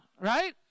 right